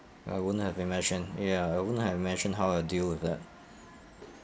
I wouldn't have imagined ya I wouldn't have imagined how I'd deal with that